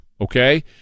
okay